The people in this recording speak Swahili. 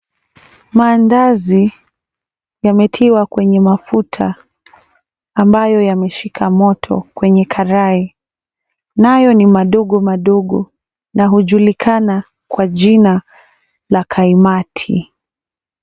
Mandazi imetiwa kwenye mafuta ambayo yameshika moto kwenye karai nayo ni madogo madogo na hujulikana kwa jina la kaimati.